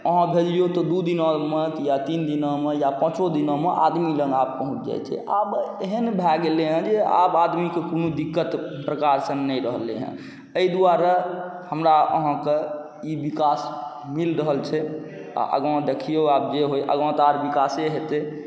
अहाँ भेजिऔ तऽ दू दिनामे या तीन दिनामे या पाँचो दिनामे आदमीलग आब पहुँच जाइ छै आब एहन भऽ गेलै हँ जे आब आदमीके कोनो दिक्कत कोनो प्रकारसँ नहि रहलै हँ एहि दुआरे हमरा अहाँके ई विकास मिलि रहल छै आओर आगाँ देखिऔ आब जे होइ आगाँ तऽ आओर विकास हेतै